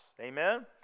Amen